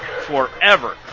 forever